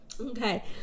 Okay